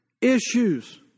issues